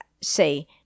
say